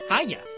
Hiya